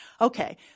Okay